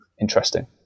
interesting